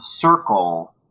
circle